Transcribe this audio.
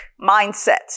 mindset